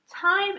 Time